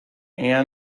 anna